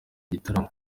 igitaramo